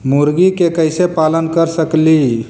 मुर्गि के कैसे पालन कर सकेली?